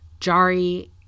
Jari